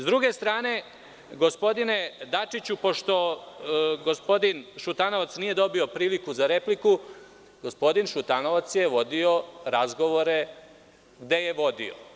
S druge strane, gospodine Dačiću, pošto gospodin Šutanovac nije dobio priliku za repliku, gospodin Šutanovac je vodio razgovore gde je vodio.